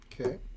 Okay